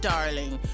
Darling